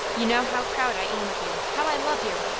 you know how proud i am of you, how i love you!